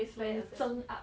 like zhng up